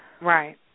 Right